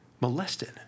molested